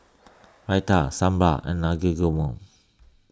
Raita Sambar and Naengmyeon